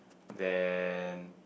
then